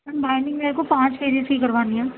میم binding میرے کو پانچ پیجز کی کروانی ہے